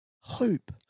Hope